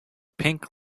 pink